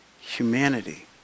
humanity